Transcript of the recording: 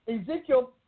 Ezekiel